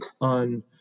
on